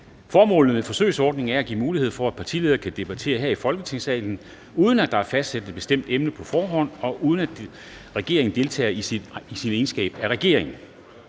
Formålet med forsøgsordningen er at give mulighed for, at partiledere kan debattere her i Folketingssalen, uden at der er fastsat et bestemt emne på forhånd, og uden at regeringen deltager i sin egenskab af regering.